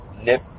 nip